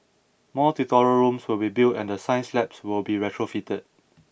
more tutorial rooms will be built and the science labs will be retrofitted